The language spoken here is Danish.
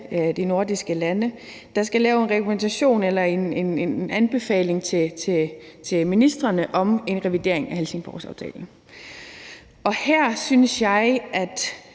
de nordiske lande, der skal lave en rekommandation eller en anbefaling til ministrene om en revidering af Helsingforsaftalen. Her synes jeg, at